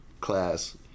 class